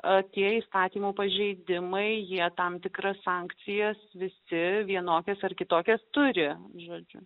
apie įstatymo pažeidimai jie tam tikra sankcijos visi vienokias ar kitokias turi žodžius